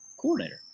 coordinator